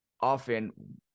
often